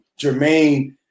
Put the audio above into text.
Jermaine